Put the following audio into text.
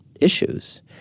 issues